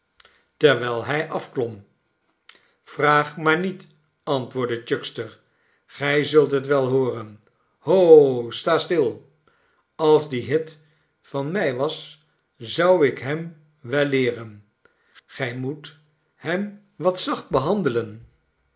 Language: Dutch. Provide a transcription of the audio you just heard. terwijl hij afklom vraag maar niet antwoordde chuckster gij zult het wel hooren hoo sta stil als die hit van mij was zou ik hem wel leeren gij moet hem wat zacht behandelen